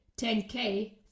10k